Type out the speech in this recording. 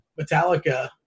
Metallica